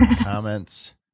comments